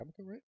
right